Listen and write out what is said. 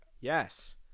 Yes